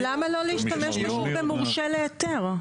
אז למה לא להשתמש פשוט במורשה להיתר?